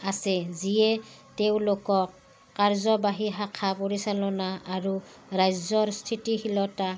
আছে যিয়ে তেওঁলোকক কাৰ্যবাহী শাখা পৰিচালনা আৰু ৰাজ্যৰ স্থিতিশীলতা